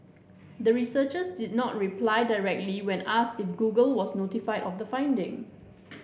the researchers did not reply directly when asked if Google was notified of the finding